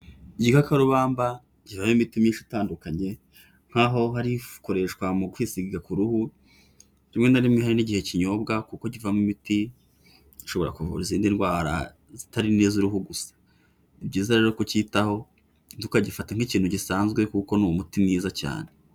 Igikakarubamba kivamo imiti myinshi itandukanye nk'aho hari ikoreshwa mu kwisiga ku ruhu rimwe na rimwe n'igihe kinyobwa kuko kivamo imiti gishobora kuvura izindi ndwara zitari n'iz'uruhu gusa, ni byiza rero kucyitaho tukagifata nk'ikintu gisanzwe kuko ni umuti mwiza cyane.